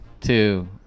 two